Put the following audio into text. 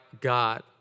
God